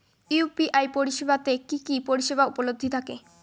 UPI পরিষেবা তে কি কি পরিষেবা উপলব্ধি থাকে?